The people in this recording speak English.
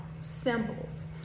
symbols